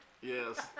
Yes